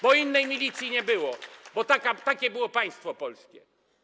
bo innej milicji nie było, bo takie było państwo polskie.